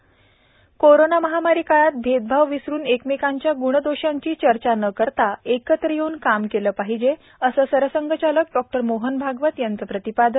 त कोरोना महामारी काळात भैदभाव विसरून एकमेकांच्या दोषग्णांची चर्चा न करता एकत्र येऊन काम केलं पाहिजे सरसंघचालक डॉ मोहन भागवत यांचं प्रतिपादन